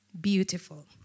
beautiful